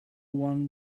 one